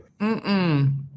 Mm-mm